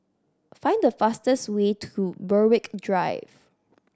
find the fastest way to Berwick Drive